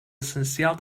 essencial